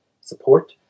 support